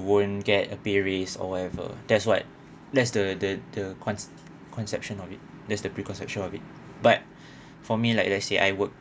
won't get a pay raise or whatever that's what that's the the the concept conception of it that's the preconception of it but for me like I said I work